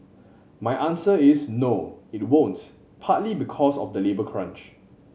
my answer is no it won't partly because of the labour crunch